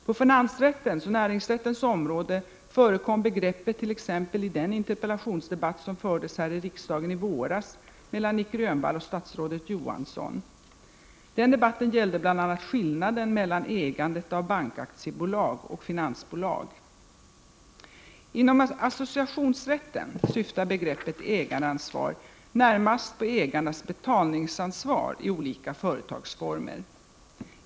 På finansrättens och näringsrättens område förekom begreppet t.ex. i den interpellationsdebatt som fördes här i riksdagen i våras mellan Nic Grönvall och statsrådet Johansson. Den debatten gällde bl.a. skillnaden mellan ägandet av bankaktiebolag och finansbolag. Inom associationsrätten syftar begreppet ägaransvar närmast på ägarnas betalningsansvar i olika företagsformer.